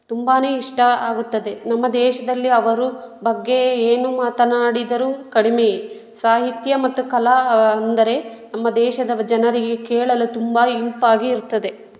ತುಂಬಾ ಇಷ್ಟ ಆಗುತ್ತದೆ ನಮ್ಮ ದೇಶದಲ್ಲಿ ಅವರು ಬಗ್ಗೆ ಏನು ಮಾತನಾಡಿದರೂ ಕಡಿಮೆಯೇ ಸಾಹಿತ್ಯ ಮತ್ತು ಕಲೆ ಅಂದರೆ ನಮ್ಮ ದೇಶದ ಜನರಿಗೆ ಕೇಳಲು ತುಂಬ ಇಂಪಾಗಿ ಇರ್ತದೆ